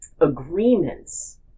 agreements